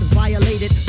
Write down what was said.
violated